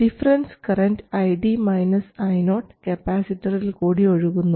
difference current ID Io കപ്പാസിറ്ററിൽ കൂടി ഒഴുകുന്നു